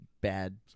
Bad